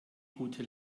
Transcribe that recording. gute